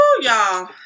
y'all